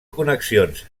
connexions